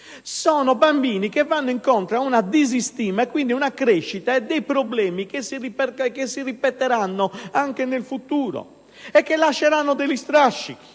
sono bambini che vanno incontro ad una disistima e quindi a problemi che si ripeteranno anche nel futuro e che lasceranno degli strascichi